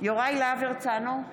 יוראי להב הרצנו,